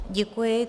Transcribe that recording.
Děkuji.